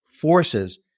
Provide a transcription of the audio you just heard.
forces